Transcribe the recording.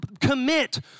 Commit